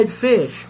fish